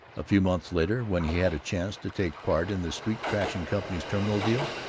a few months later, when he had a chance to take part in the street traction company's terminal deal,